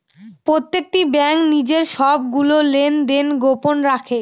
প্রত্যেকটি ব্যাঙ্ক নিজের সবগুলো লেনদেন গোপন রাখে